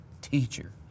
Teacher